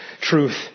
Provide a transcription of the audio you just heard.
truth